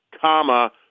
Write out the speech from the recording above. comma